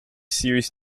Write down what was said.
series